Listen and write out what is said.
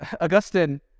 augustine